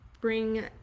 bring